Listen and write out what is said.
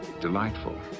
delightful